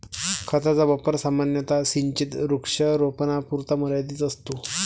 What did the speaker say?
खताचा वापर सामान्यतः सिंचित वृक्षारोपणापुरता मर्यादित असतो